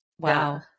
Wow